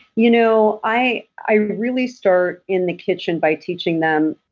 you know, i i really start in the kitchen by teaching them